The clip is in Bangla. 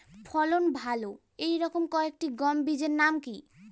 ফলন ভালো এই রকম কয়েকটি গম বীজের নাম কি?